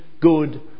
good